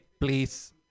please